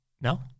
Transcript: No